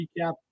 recap